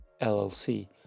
LLC